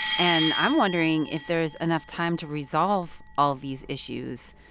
and i'm wondering if there's enough time to resolve all these issues.